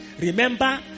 Remember